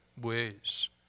ways